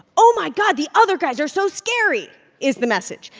oh, my god, the other guys are so scary is the message.